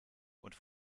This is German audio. und